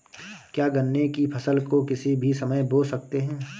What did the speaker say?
क्या गन्ने की फसल को किसी भी समय बो सकते हैं?